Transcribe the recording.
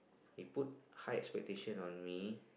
he put high expectation on me